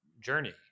journey